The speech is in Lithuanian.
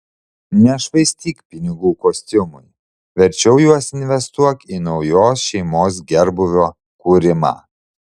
nešvaistyk pinigų kostiumui verčiau juos investuok į naujos šeimos gerbūvio kūrimą